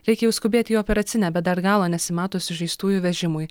reikia jau skubėti į operacinę bet dar galo nesimato sužeistųjų vežimui